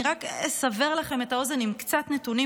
אני רק אסבר לכם את האוזן עם קצת נתונים,